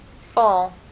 full